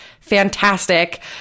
fantastic